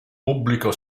pubblico